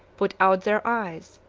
put out their eyes,